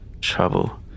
trouble